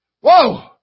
Whoa